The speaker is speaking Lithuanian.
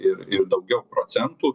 ir ir daugiau procentų